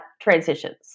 transitions